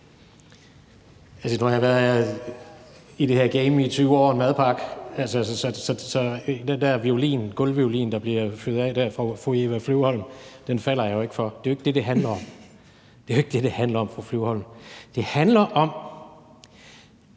Nu har jeg været i det her game i 20 år og en madpakke, så den der violin, der bliver spillet på af fru Eva Flyvholm, falder jeg ikke for. Det er jo ikke det, det handler om. Det handler om, at regeringen sammen med